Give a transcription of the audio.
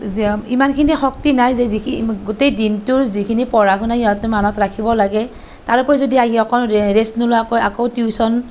ইমানখিনি শক্তি নাই যে যিখিনি গোটেই দিনটোৰ যিখিনি পঢ়া শুনা সিহঁতে মনত ৰাখিব লাগে তাৰওপৰি যদি আহি অকণ ৰেষ্ট নোলোৱাকৈ আকৌ টিউচন